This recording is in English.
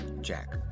Jack